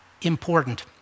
important